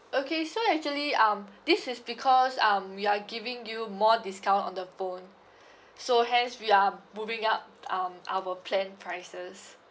okay so actually um this is because um we're giving you more discount on the phone so hence we are moving up um our plan prices